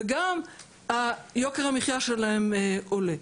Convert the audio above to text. וגם יוקר המחיה שלהם עולה.